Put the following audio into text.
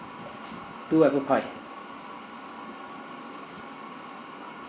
two apple pie